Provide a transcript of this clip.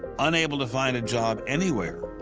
unable to find a job anywhere.